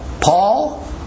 Paul